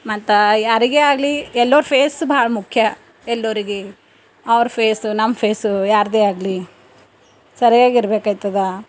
ಮತ್ತೆ ಯಾರಿಗೆ ಆಗಲಿ ಎಲ್ಲರ ಫೇಸ್ ಭಾಳ ಮುಖ್ಯ ಎಲ್ಲರಿಗೂ ಅವ್ರ ಫೇಸ್ ನಮ್ಮ ಫೇಸ್ ಯಾರದೇ ಆಗಲಿ ಸರಿಯಾಗಿರ್ಬೇಕಾಗ್ತದೆ